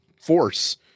force